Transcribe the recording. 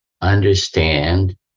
understand